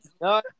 No